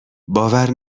باور